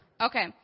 Okay